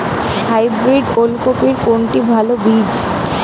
Hybrid ওল কপির কোনটি ভালো বীজ?